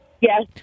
Yes